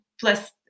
plus